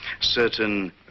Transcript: certain